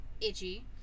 itchy